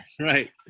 Right